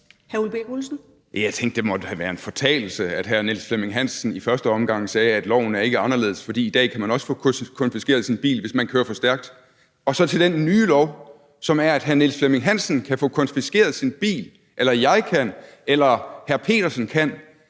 Jeg tænkte, at det måtte have været en fortalelse, da hr. Niels Flemming Hansen i første omgang sagde, at loven i dag, hvor man også kan få konfiskeret sin bil, hvis man kører for stærkt, ikke er anderledes end den nye lov, som gør, at hr. Niels Flemming Hansen kan få konfiskeret sin bil, eller jeg eller hr. Rasmus